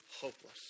hopeless